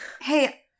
hey